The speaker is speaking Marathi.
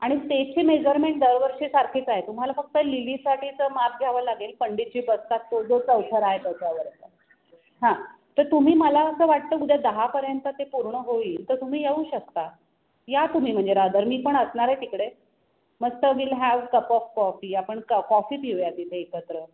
आणि स्टेजची मेजरमेंट दरवर्षीसारखीच आहे तुम्हाला फक्त लिलीसाठीचं माप घ्यावं लागेल पंडितजी बसतात तो जो चौथरा आहे त्याच्यावरचा हां तर तुम्ही मला असं वाटतं उद्या दहापर्यंत ते पूर्ण होईल तर तुम्ही येऊ शकता या तुम्ही म्हणजे रादर मी पण असणार आहे तिकडे मस्त will have cup of coffee आपण क कॉफी पिऊया तिथे एकत्र